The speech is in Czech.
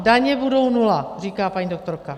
Daně budou nula, říká paní doktorka.